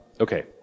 Okay